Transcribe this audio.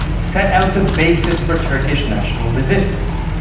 set out the basis for turkish national resistance.